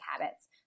habits